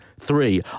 Three